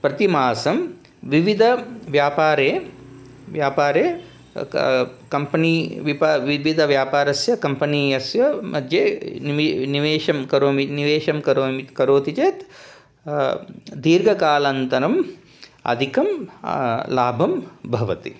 प्रतिमासं विविधव्यापारे व्यापारे क कम्पनि विप विविधव्यापारस्य कम्पनीयस्य मध्ये निवि निवेशं करोमि निवेशं करोमि करोति चेत् दीर्घकालानन्तरम् अधिकः लाभः भवति